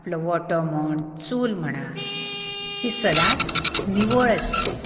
आपलो ओटो म्हण चूल म्हणा ही सदांच निवळ आसची